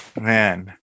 Man